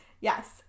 Yes